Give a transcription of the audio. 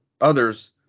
others